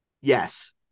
Yes